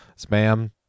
spam